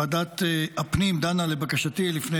ועדת הפנים דנה לבקשתי, לפני